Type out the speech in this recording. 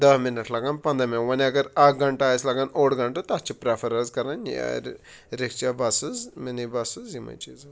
دَہ مِنَٹ لَگَن پنٛداہ مِنَٹ وۄنۍ اَگر اَکھ گھنٹہٕ آسہِ لَگان اوٚڑ گھنٹہٕ تَتھ چھِ پرٛٮ۪فَر حظ کَران یارٕ رِکشَہ بَسٕز مِنی بَسٕز یِمَے چیٖزٕ